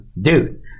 dude